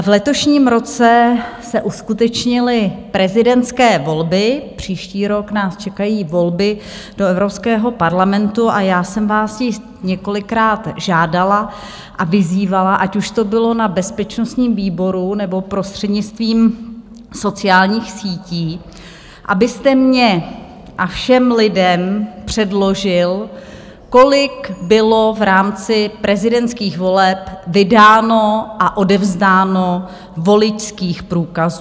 V letošním roce se uskutečnily prezidentské volby, příští rok nás čekají volby do Evropského parlamentu a já jsem vás již několikrát žádala a vyzývala, ať už to bylo na bezpečnostním výboru, nebo prostřednictvím sociálních sítí, abyste mně a všem lidem předložil, kolik bylo v rámci prezidentských voleb vydáno a odevzdáno voličských průkazů.